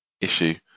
issue